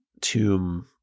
tomb